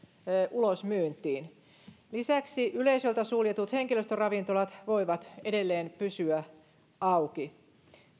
ulosmyyntiin lisäksi yleisöltä suljetut henkilöstöravintolat voivat edelleen pysyä auki